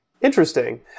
interesting